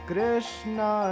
Krishna